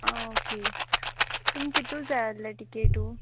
आ okay तुम कितू जाय आसलें टिकेटू